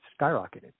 skyrocketed